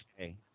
Okay